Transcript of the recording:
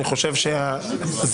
לדעתי,